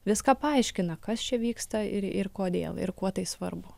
viską paaiškina kas čia vyksta ir ir kodėl ir kuo tai svarbu